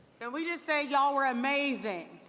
and we just say, y'all were amazing.